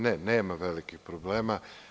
Ne, nema velikih problema.